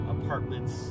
apartments